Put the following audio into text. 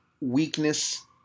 weakness